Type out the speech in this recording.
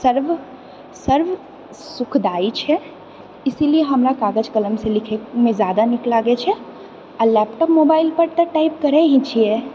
सर्व सर्व सुखदायी छै इसिलिए हमरा कागज कलमसँ लिखएमे जादा निक लागैत छै आ लैपटॉप मोबाइल पर तऽ टाइप करै ही छिऐ